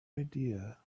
idea